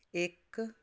ਇੱਕ